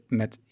met